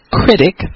critic